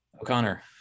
O'Connor